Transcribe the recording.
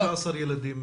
זה אומר כ-15 ילדים בשנה.